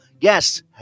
yes